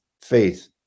faith